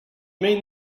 mean